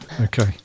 okay